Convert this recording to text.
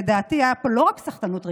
ולדעתי הייתה פה לא רק סחטנות רגשית,